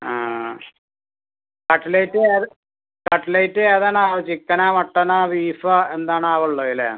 ആ കട്ലേറ്റേത് കട്ലേറ്റേതാണാവോ ചിക്കനോ മട്ടണോ ബീഫോ എന്താണാവുള്ളല്ലേ